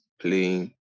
playing